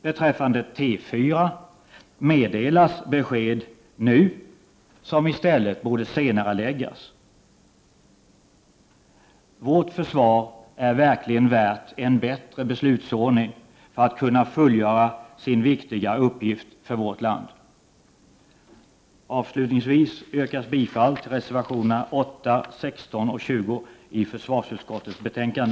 Beträffande T4 meddelas besked nu som i stället borde senareläggas. Vårt försvar är verkligen värt en bättre beslutsordning för att kunna fullgöra sin viktiga uppgift för vårt land.